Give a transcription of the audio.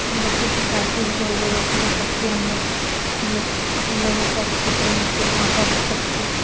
ہم لوگ کو کتاب کی کوئی ضرورت نہیں پڑتی ہے ہم لوگ ہم لوگ ہم لوگوں کو اچھے طریقے سے ماں باپ سب چیز